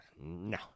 no